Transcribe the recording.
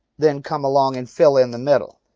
then come along and fill in the middle.